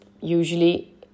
Usually